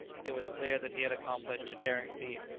it was clear that he had accomplished a daring feat,